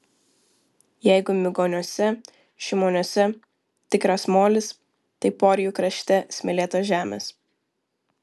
jeigu migoniuose šimoniuose tikras molis tai porijų krašte smėlėtos žemės